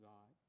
God